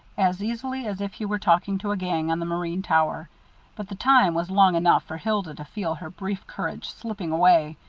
as easily as if he were talking to a gang on the marine tower but the time was long enough for hilda to feel her brief courage slipping away.